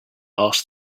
asked